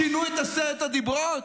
שינוי את עשרת הדיברות?